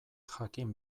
jakin